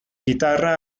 guitarra